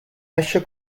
esce